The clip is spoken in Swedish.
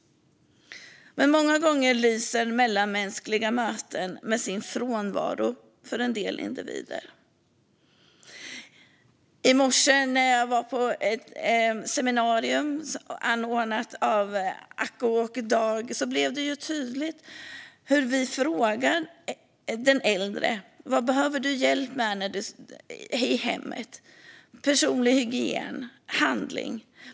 Men för en del individer lyser mellanmänskliga möten många gånger med sin frånvaro. I morse när jag var på ett seminarium anordnat av Acko och Dag blev det tydligt hur vi frågar den äldre: Vad behöver du hjälp med i hemmet och när det gäller personlig hygien och handling?